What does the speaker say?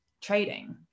trading